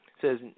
says